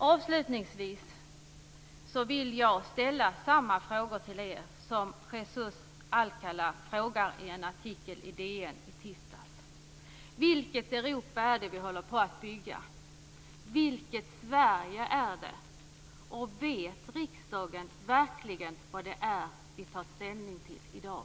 Avslutningsvis vill jag ställa samma frågor till er som Jesús Alcalá ställde i en artikel i Dagens Nyheter i tisdags. Vilket Europa är det som vi håller på att bygga? Vilket Sverige är det? Och vet riksdagen verkligen vad det är som vi tar ställning till i dag?